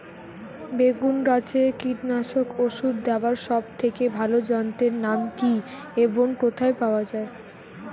বেগুন গাছে কীটনাশক ওষুধ দেওয়ার সব থেকে ভালো যন্ত্রের নাম কি এবং কোথায় পাওয়া যায়?